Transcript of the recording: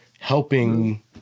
helping